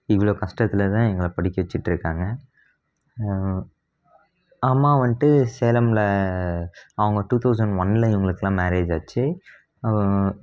இவ்வளோ கஷ்டத்தில் தான் எங்களை படிக்க வச்சுட்ருக்காங்க அம்மா வந்துட்டு சேலமில் அவங்க டூ தௌசன்ட் ஒன்னில் இவர்களுக்கெல்லாம் மேரேஜ் ஆச்சு